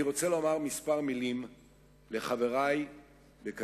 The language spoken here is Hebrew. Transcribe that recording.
אני רוצה לומר כמה מלים לחברי בקדימה.